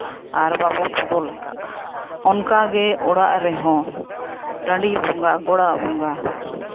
ᱟᱨ ᱵᱟᱵᱚ ᱵᱚᱫᱚᱞ ᱠᱟᱜᱼᱟ ᱚᱱᱠᱟᱜᱮ ᱚᱲᱟᱜ ᱨᱮᱦᱚᱸ ᱴᱟᱺᱰᱤ ᱵᱚᱸᱜᱟ ᱜᱳᱲᱟ ᱵᱚᱸᱜᱟ